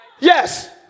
Yes